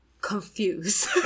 confused